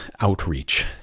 outreach